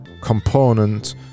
component